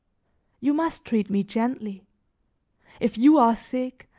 you must treat me gently if you are sick,